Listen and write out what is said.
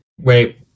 Wait